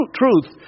truth